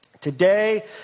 Today